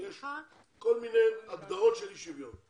יש כל מיני הגדרות של אי שוויון.